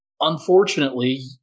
Unfortunately